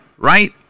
Right